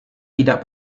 tidak